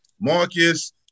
Marcus